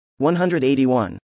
181